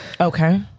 okay